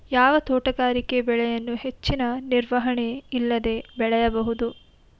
ಯಾವ ತೋಟಗಾರಿಕೆ ಬೆಳೆಯನ್ನು ಹೆಚ್ಚಿನ ನಿರ್ವಹಣೆ ಇಲ್ಲದೆ ಬೆಳೆಯಬಹುದು?